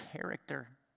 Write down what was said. character